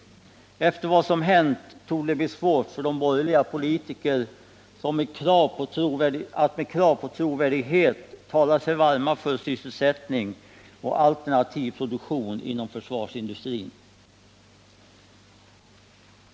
Efter vad som hänt torde det bli svårt för de borgerliga politikerna att med krav på trovärdighet tala sig varma för sysselsättning och alternativ produktion inom försvarsindustrin.